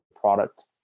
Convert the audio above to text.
product